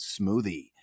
smoothie